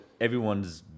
everyone's